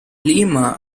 lima